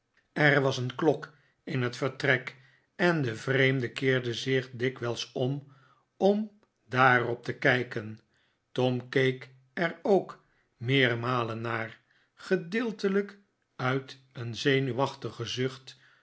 er was een klok in het vertrek en de vreemde keerde zich dikwijls om om daar op te kijken tom keek er ook meermalen naar gedeeltelijk uit een zenuwachtige zucht